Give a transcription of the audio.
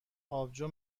آبجو